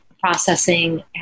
processing